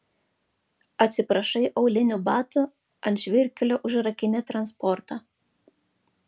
atsiprašai aulinių batų ant žvyrkelio užrakini transportą